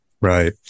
Right